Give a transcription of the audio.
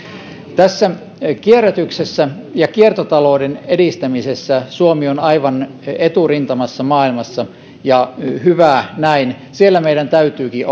kierrätyksessä ja kiertotalouden edistämisessä suomi on aivan eturintamassa maailmassa ja hyvä näin siellä meidän täytyykin